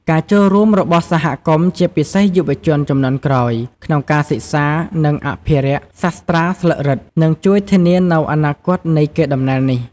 ការចូលរួមរបស់សហគមន៍ ជាពិសេសយុវជនជំនាន់ក្រោយ ក្នុងការសិក្សា និងអភិរក្សសាស្រ្តាស្លឹករឹត នឹងជួយធានានូវអនាគតនៃកេរដំណែលនេះ។